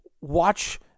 watch